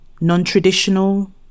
non-traditional